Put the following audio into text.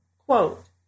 Quote